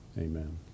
Amen